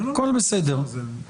הכל בסדר.